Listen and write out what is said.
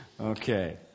Okay